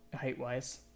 height-wise